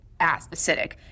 acidic